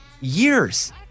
years